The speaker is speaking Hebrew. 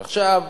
עכשיו,